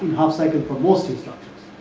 half cycle for most instructions.